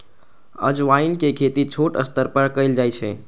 अजवाइनक खेती छोट स्तर पर कैल जाइ छै